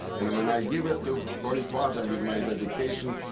and and when i give it to holy father with my dedication,